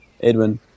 Edwin